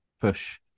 push